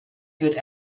good